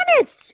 honest